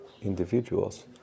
individuals